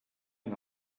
and